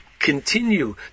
continue